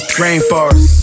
rainforest